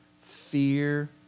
Fear